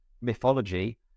mythology